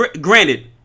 Granted